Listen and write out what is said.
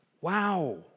Wow